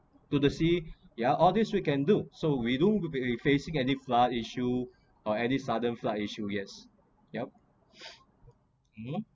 to the sea ya all this we can do so we don't have a facing any flood issue or any sudden flood issue yes yup